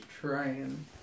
trying